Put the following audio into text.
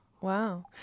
Wow